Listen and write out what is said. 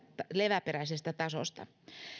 leväperäisestä tasosta